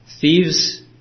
Thieves